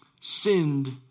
sinned